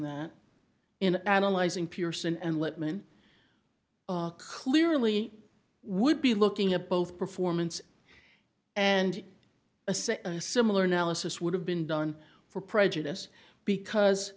that in analyzing pearson and lippman clearly would be looking at both performance and a say a similar analysis would have been done for prejudice because